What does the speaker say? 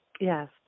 Yes